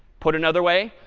put another way,